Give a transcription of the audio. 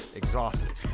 exhausted